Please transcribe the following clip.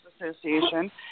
Association